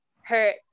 hurt